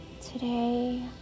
Today